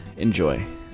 enjoy